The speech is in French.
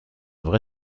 vrai